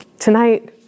Tonight